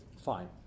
fine